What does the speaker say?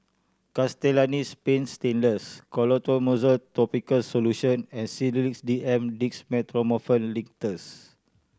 Castellani's Paint Stainless Clotrimozole Topical Solution and Sedilix D M Dextromethorphan Linctus